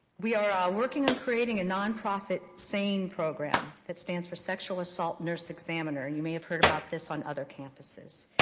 we are are working on creating a nonprofit sane program, that stands for sexual assault nurse examiner, and you may have heard about this on other campuses.